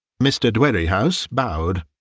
mr. dwerrihouse bowed.